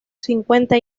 cincuenta